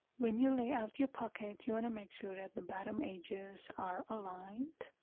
when you lay out your pocket you want to make sure that the bottom edges are aligned